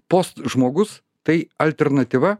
post žmogus tai alternatyva